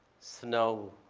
snow,